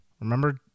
Remember